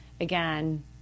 again